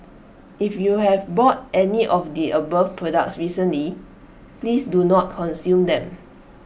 if you have bought any of the above products recently please do not consume them